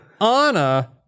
Anna